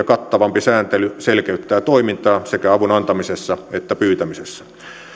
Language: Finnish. kattavampi sääntely selkeyttää toimintaa sekä avun antamisessa että pyytämisessä